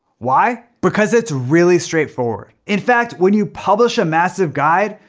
why? because it's really straight forward. in fact, when you publish a massive guide,